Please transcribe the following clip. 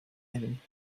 einen